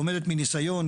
לומדת מניסיון,